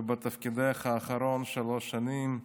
ובתפקידך האחרון, שלוש שנים,